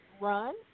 run